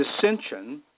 dissension